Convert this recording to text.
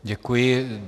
Děkuji.